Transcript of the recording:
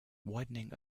widening